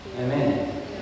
Amen